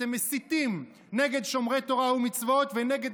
אתם מסיתים נגד שומרי תורה ומצוות ונגד